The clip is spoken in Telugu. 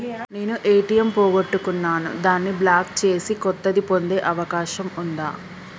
నేను ఏ.టి.ఎం పోగొట్టుకున్నాను దాన్ని బ్లాక్ చేసి కొత్తది పొందే అవకాశం ఉందా?